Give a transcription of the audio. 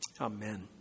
Amen